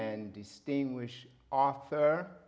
man distinguish author